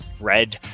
red